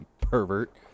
pervert